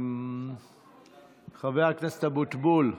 חבר הכנסת אבוטבול,